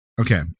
Okay